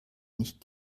nicht